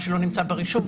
מה שלא נמצא ברישום,